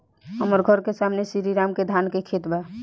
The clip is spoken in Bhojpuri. हमर घर के सामने में श्री राम के धान के खेत बा